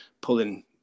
pulling